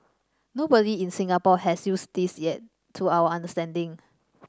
nobody in Singapore has used this yet to our understanding